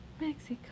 Mexico